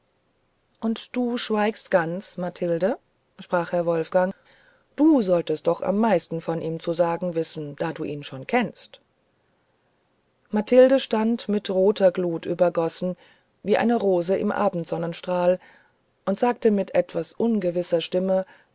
und du schweigst ganz mathilde sprach herr wolfgang du solltest doch am meisten von ihm zu sagen wissen da du ihn schon kennst mathilde stand mit roter glut übergossen wie eine rose im abendsonnenstrahl und sagte mit etwas ungewisser stimme